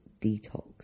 detox